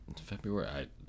February